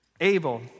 Abel